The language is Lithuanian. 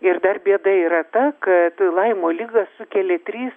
ir dar bėda yra ta kad laimo ligą sukelia trys